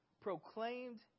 proclaimed